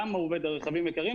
למה הוא עובד על רכבים יקרים?